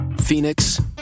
Phoenix